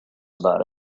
about